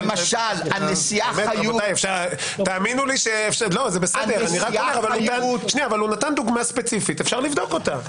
רבותיי, הוא נתן דוגמה ספציפית ואפשר לבדוק אותה.